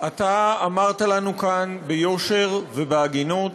אתה אמרת לנו כאן ביושר ובהגינות